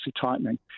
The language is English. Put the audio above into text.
tightening